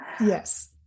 Yes